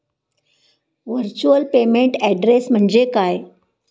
Virtual payment address म्हणजे काय?